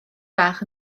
fach